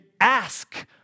ask